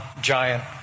giant